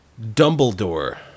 Dumbledore